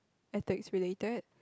ethics related